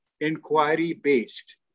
inquiry-based